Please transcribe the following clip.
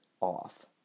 off